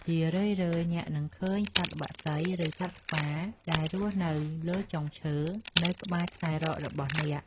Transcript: ជារឿយៗអ្នកនឹងឃើញសត្វបក្សី ឬសត្វស្វាដែលរស់នៅលើចុងឈើនៅក្បែរខ្សែរ៉ករបស់អ្នក។